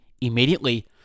immediately